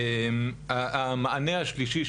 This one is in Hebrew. המענה השלישי,